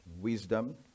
wisdom